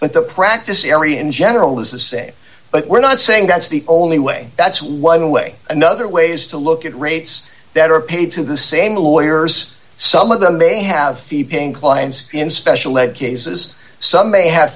but the practice area in general is the same but we're not saying that's the only way that's why the way another ways to look at rates that are paid to the same lawyers some of them may have fee paying clients in special ed cases some may have